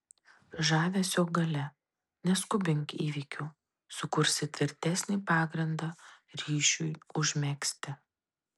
žavesio galia neskubink įvykių sukursi tvirtesnį pagrindą ryšiui užmegzti